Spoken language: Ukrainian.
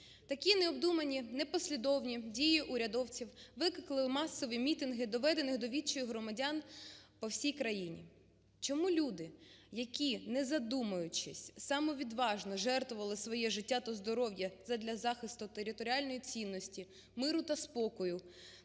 Такі необдумані непослідовні дії урядовців викликали масові мітинги доведених до відчаю громадян по всій країні. Чому люди, які, не задумуючисьсамовідважно жертвували своє життя та здоров'я задля захисту територіальної цілісності, миру та спокою